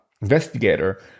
investigator